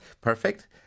perfect